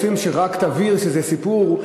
רוצים שתבהיר שזה רק סיפור,